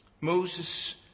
Moses